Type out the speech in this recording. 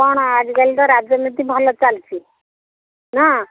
କ'ଣ ଆଜିକାଲି ତ ରାଜନୀତି ଭଲ ଚାଲିଛି ନା